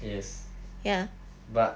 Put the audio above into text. yes but